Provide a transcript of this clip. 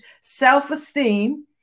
self-esteem